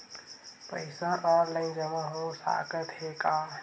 पईसा ऑनलाइन जमा हो साकत हे का?